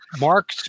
Mark